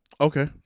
Okay